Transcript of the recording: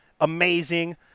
amazing